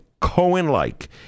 Cohen-like